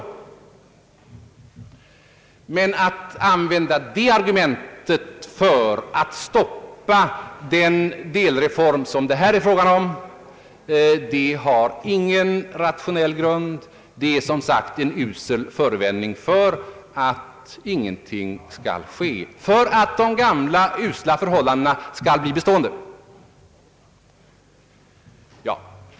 Att använda det argumentet för att stoppa den delreform det här är fråga om har ingen rationell grund. Det är som sagt en usel förevändning för att ingenting skall ske, för att de gamla förhållandena skall bli bestående.